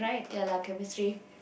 ya lah chemistry